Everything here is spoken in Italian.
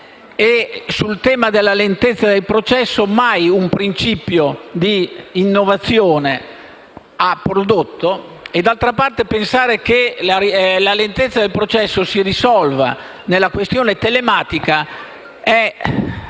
sul tema della lentezza del processo, mai ha prodotto un principio di innovazione. D'altra parte, pensare che la lentezza del processo si risolva nella questione telematica è